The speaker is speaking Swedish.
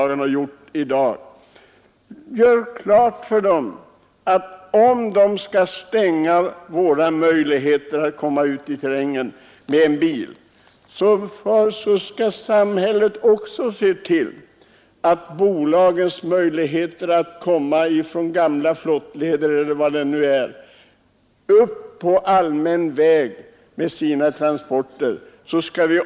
Gör klart för bolagen att om de gör det omöjligt för människorna att ta sig ut i terrängen med bil, så kommer samhället att med samma stängsel förhindra bolagen att komma från t.ex. gamla flottleder och upp på allmän väg med sina transporter.